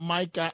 Mike